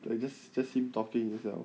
like just just him talking as well